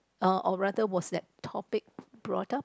uh or rather was that topic brought up